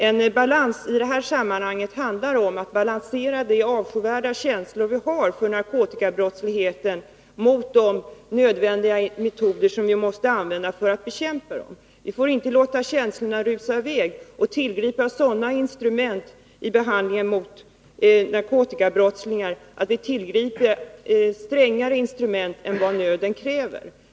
Att nå balans i det här sammanhanget handlar om att balansera de känslor av avsky vi har inför narkotikabrottsligheten mot de nödvändiga metoder som vi måste använda för att bekämpa den. Vi får inte låta känslorna rusa i väg på ett sådant sätt att vi tillämpar hårdare instrument i behandlingen av narkotikabrottslingar än nöden kräver.